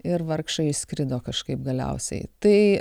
ir vargšai skrido kažkaip galiausiai tai